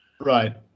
right